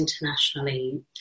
internationally